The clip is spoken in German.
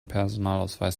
personalausweis